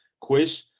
quiz